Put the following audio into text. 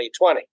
2020